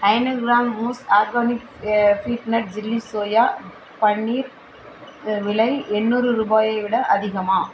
ஐந்நூறு கிராம் மூஸ் ஆர்கானிக் ஃபீட்நட் ஜில்லி சோயா பன்னீர் விலை எண்ணூறு ரூபாயை விட அதிகமா